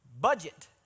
Budget